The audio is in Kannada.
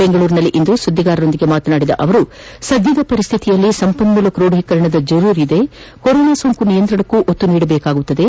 ಬೆಂಗಳೂರಿನಲ್ಲಿಂದು ಸುದ್ದಿಗಾರರೊಂದಿಗೆ ಮಾತನಾಡಿದ ಅವರು ಸದ್ಯದ ಪರಿಸ್ಹಿತಿಯಲ್ಲಿ ಸಂಪನ್ಮೂಲ ಕ್ರೋಡೀಕರಣದ ಜರೂರಿದ್ದು ಕೊರೋನಾ ಸೋಂಕು ನಿಯಂತ್ರಣಕ್ಕೂ ಒತ್ತು ನೀಡಲಾಗುವುದು